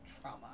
trauma